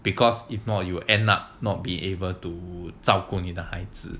because if not you will end up not be able to 照顾你的孩子